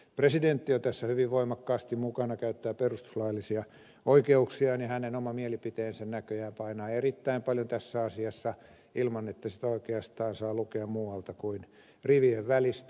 presidentti tässä hyvin voimakkaasti käyttää perustuslaillisia oikeuksiaan ja hänen oma mielipiteensä näköjään painaa erittäin paljon tässä asiassa ilman että sitä oikeastaan saa lukea muualta kuin rivien välistä